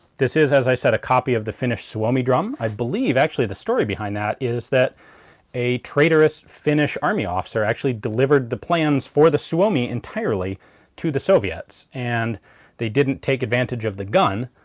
this is as i said a copy of the finnish suomi drum. i believe actually the story behind that is that a traitorous finnish army officer actually delivered the plans for the suomi entirely to the soviets and they didn't take advantage of the gun,